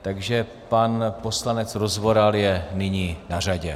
Takže pan poslanec Rozvoral je nyní na řadě.